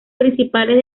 principales